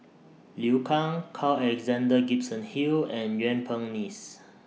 Liu Kang Carl Alexander Gibson Hill and Yuen Peng Neice